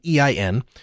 EIN